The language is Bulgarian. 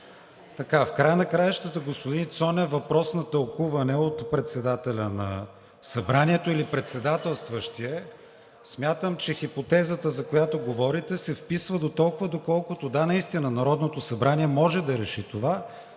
В края на краищата, господин Цонев, въпрос на тълкуване от председателя на Събранието или председателстващия. Смятам, че хипотезата, за която говорите, се вписва дотолкова, доколкото, да, наистина Народното събрание може да реши това,